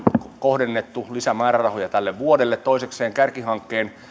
kohdennettu lisämäärärahoja tälle vuodelle toisekseen kärkihankkeen